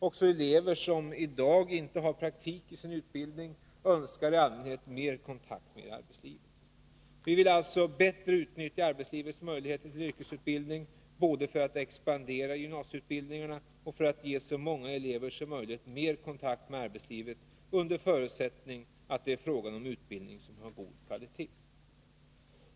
Också elever som i dag inte har praktik i sin utbildning önskar i allmänhet mer kontakt med arbetslivet. Vi vill alltså bättre utnyttja arbetsplatsernas möjligheter till yrkesutbildning, både för att expandera gymnasieutbildningarna och för att ge så många elever som möjligt mer kontakt med arbetslivet — under förutsättning att det är fråga om utbildning som håller en god kvalitet.